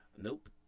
Nope